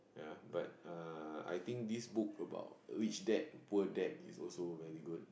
ya but uh I think this book about Rich Dad Poor Dad is also very good